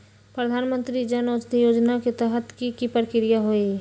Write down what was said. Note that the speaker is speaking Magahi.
प्रधानमंत्री जन औषधि योजना के तहत की की प्रक्रिया होई?